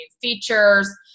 features